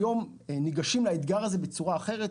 היום ניגשים לאתגר הזה בצורה אחרת.